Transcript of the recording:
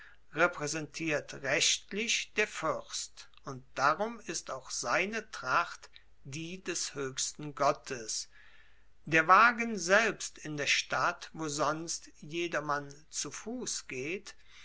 repraesentiert rechtlich der fuerst und darum ist auch seine tracht die des hoechsten gottes der wagen selbst in der stadt wo sonst jedermann zu fuss geht